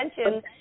attention